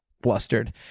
blustered